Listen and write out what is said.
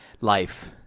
life